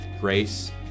grace